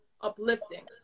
uplifting